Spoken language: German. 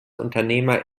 unternehmer